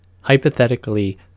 hypothetically